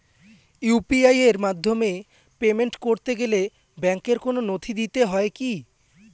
UPI এর মাধ্যমে payment করতে গেলে ব্যাংকের কোন নথি দিতে হয় কি?